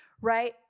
right